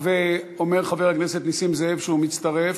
המסך לא עובד